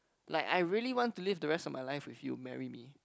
like I really want to live the rest of my life with you marry me